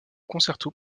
concerto